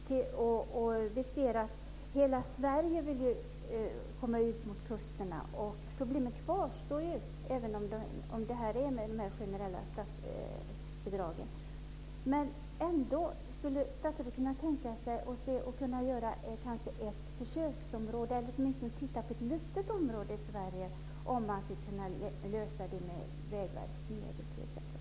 Herr talman! Vi ser nu att de generella statsbidragen inte räcker till, och vi ser att hela Sverige kommer ut mot kusterna. Problemen kvarstår, även om det utgår generella statsbidrag. Skulle statsrådet kunna tänka sig att göra ett försöksområde eller åtminstone titta på ett litet område i Sverige där man kunde lösa det med t.ex. medel från Vägverket?